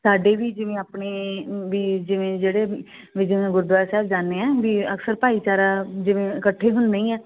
ਸਾਡੇ ਵੀ ਜਿਵੇਂ ਆਪਣੇ ਬਈ ਜਿਵੇਂ ਜਿਹੜੇ ਬਈ ਜਿਵੇਂ ਗੁਰਦੁਆਰਾ ਸਾਹਿਬ ਜਾਂਦੇ ਹਾਂ ਬਈ ਅਕਸਰ ਭਾਈਚਾਰਾ ਜਿਵੇਂ ਇਕੱਠੇ ਹੁੰਦੇ ਹੀ ਹਾਂ